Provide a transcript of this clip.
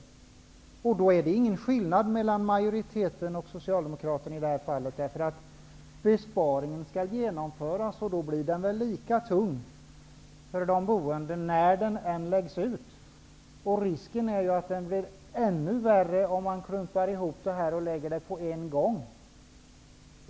Det är i det här fallet ingen skillnad mellan utskottsmajoritetens och Socialdemokraternas förslag, eftersom besparingen skall genomföras. Den blir väl lika tung för de boende när den än läggs ut. Risken är att det blir ännu värre om man klumpar ihop detta och lägger ut allt på en gång.